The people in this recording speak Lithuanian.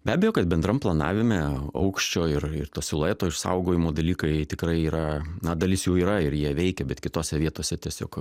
be abejo kad bendram planavime aukščio ir to silueto išsaugojimo dalykai tikrai yra na dalis jų yra ir jie veikia bet kitose vietose tiesiog